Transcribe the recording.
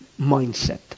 mindset